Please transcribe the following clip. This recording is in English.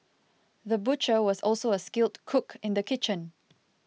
the butcher was also a skilled cook in the kitchen